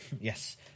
Yes